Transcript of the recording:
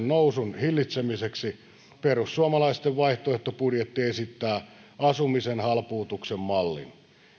nousun hillitsemiseksi perussuomalaisten vaihtoehtobudjetti esittää asumisen halpuutuksen mallin